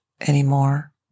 anymore